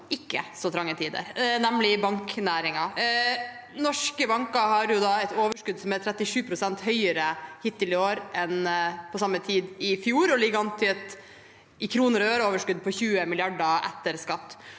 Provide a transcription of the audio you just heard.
ikke så trange tider, nemlig banknæringen. Norske banker har et overskudd som er 37 pst. høyere hittil i år enn på samme tid i fjor, og ligger an til et overskudd i kroner og øre på 20 mrd. kr etter skatt.